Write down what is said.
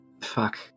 Fuck